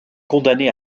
condamné